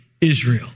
Israel